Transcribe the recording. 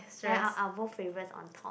!aiya! our our both favorites on top